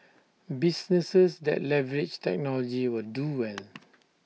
businesses that leverage technology will do well